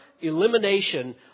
elimination